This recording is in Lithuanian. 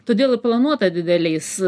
todėl ir planuota dideliais